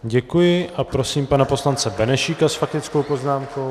Děkuji a prosím pana poslance Benešíka s faktickou poznámkou.